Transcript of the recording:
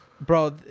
Bro